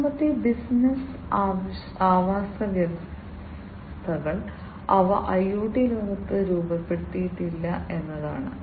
മൂന്നാമത്തേത് ബിസിനസ്സ് ആവാസവ്യവസ്ഥകൾ അവ ഐഒടി ലോകത്ത് രൂപപ്പെടുത്തിയിട്ടില്ല എന്നതാണ്